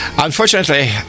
unfortunately